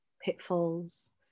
pitfalls